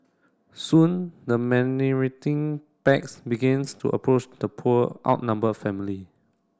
soon the packs begins to approach the poor outnumber family